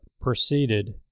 proceeded